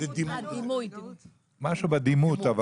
משהו בדימות.